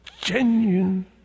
genuine